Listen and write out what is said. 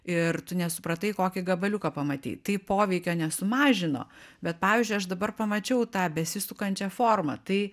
ir tu nesupratai kokį gabaliuką pamatei tai poveikio nesumažino bet pavyzdžiui aš dabar pamačiau tą besisukančią formą tai